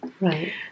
Right